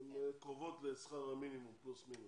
הן קרובות לשכר המינימום פלוס מינוס,